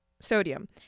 sodium